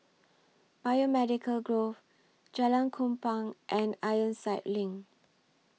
Biomedical Grove Jalan Kupang and Ironside LINK